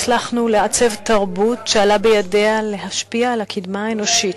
הצלחנו לעצב תרבות שעלה בידיה להשפיע על הקדמה האנושית.